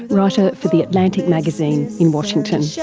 writer for the atlantic magazine in washington. yeah